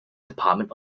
department